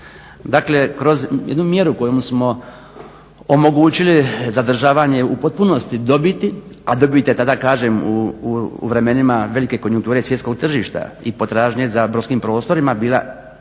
Dakle kroz jednu mjeru kojom smo omogućili zadržavanje u potpunosti dobiti a dobit je tada kažem u vremenima velike konjunkture svjetskog tržišta i potražnje za brodskim prostorima bila